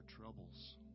troubles